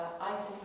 Item